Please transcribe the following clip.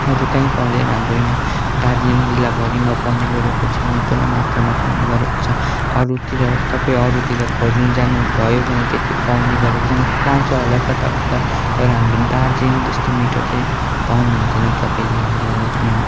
अरू कहीँ पाउँदैन हाम्रो यहाँ दार्जिलिङ जिल्लाभरिमा पाउने गरेको छ यहाँ पुरा मात्रमा पाउने गरेको छ अरूतिर तपाईँ अरूतिर खोज्नु जानु भयो भने त्यति पाउने गरेको छैन पाउँछ होला कताकता तर हाम्रो दार्जिलिङ जस्तो मिठो चाहिँ पाउनु हुँदैन तपाईँले हाम्रो यहाँ